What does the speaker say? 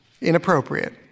inappropriate